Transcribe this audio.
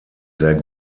sehr